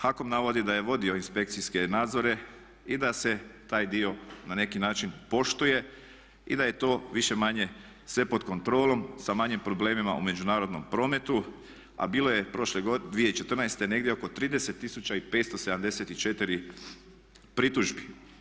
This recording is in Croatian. HAKOM navodi da je vodio inspekcijske nadzore i da se taj dio na neki način poštuje i da je to više-manje sve pod kontrolom sa manjim problemima u međunarodnom prometu, a bilo je prošle 2014. negdje oko 30574 pritužbi.